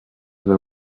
were